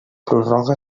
prorroga